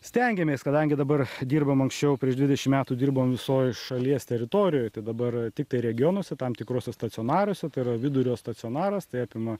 stengiamės kadangi dabar dirbam anksčiau prieš dvidešim metų dirbom visoj šalies teritorijoj tai dabar tiktai regionuose tam tikrose stacionaruose tai yra vidurio stacionaras tai apima